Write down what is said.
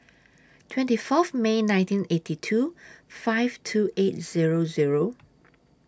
twenty Fourth May nineteen eighty two five two eight Zero Zero